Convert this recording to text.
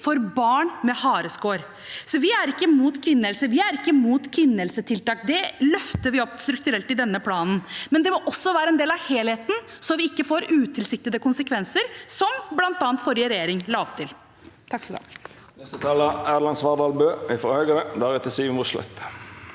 for barn med hareskår. Vi er ikke imot kvinnehelse. Vi er ikke imot kvinnehelsetiltak. Det løfter vi strukturelt i denne planen, men det må også være en del av helheten, så vi ikke får utilsiktede konsekvenser, som bl.a. forrige regjering la opp til.